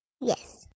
Yes